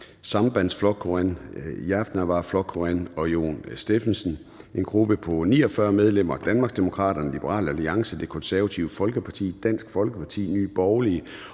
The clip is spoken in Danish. Sambandsflokkurin (SP), Javnaðarflokkurin (JF) og Jon Stephensen (UFG); en gruppe på 49 medlemmer: Danmarksdemokraterne, Liberal Alliance, Det Konservative Folkeparti, Dansk Folkeparti, Nye Borgerlige